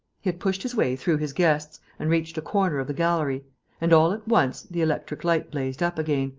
had pushed his way through his guests and reached a corner of the gallery and, all at once, the electric light blazed up again,